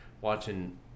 watching